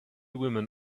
women